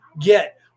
get